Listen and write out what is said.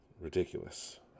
Ridiculous